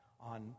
on